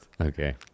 okay